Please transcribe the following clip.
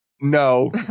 No